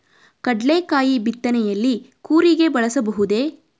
ಕಡ್ಲೆಕಾಯಿ ಬಿತ್ತನೆಯಲ್ಲಿ ಕೂರಿಗೆ ಬಳಸಬಹುದೇ?